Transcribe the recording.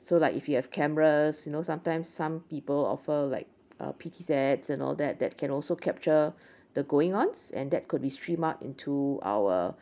so like if you have cameras you know sometimes some people offer like uh sets and all that that can also capture the going ons and that could streamed out into our